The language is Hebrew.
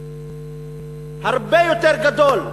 הרבה יותר גדול,